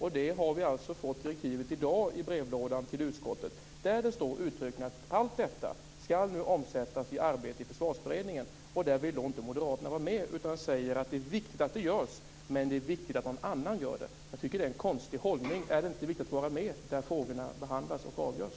Vi har alltså i dag fått direktivet i brevlådan till utskottet. Där står det uttryckligen att allt detta skall omsättas i arbete i Försvarsberedningen, och där vill inte Moderaterna vara med. De säger att det är viktigt att det görs, men det är viktigt att någon annan gör det. Jag tycker att det är en konstig hållning. Är det inte viktigt att vara med där frågorna behandlas och avgörs?